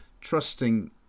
trusting